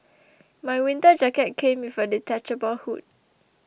my winter jacket came with a detachable hood